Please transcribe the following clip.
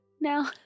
now